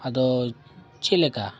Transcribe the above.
ᱟᱫᱚ ᱪᱮᱫ ᱞᱮᱠᱟ